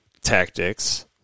tactics